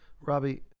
Robbie